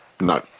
no